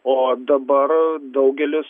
o dabar daugelis